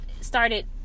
started